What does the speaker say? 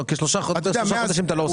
כי בשלושה חודשים אתה לא עושה מחקר.